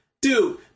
dude